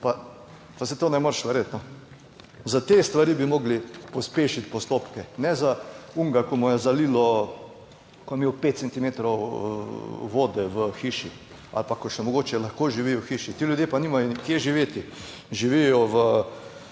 Pa saj to ne moreš verjeti! Za te stvari bi morali pospešiti postopke, ne za onega, ki mu je zalilo ko je imel 5 centimetrov vode v hiši ali pa ko še mogoče lahko živi v hiši, ti ljudje pa nimajo kje živeti. Živijo v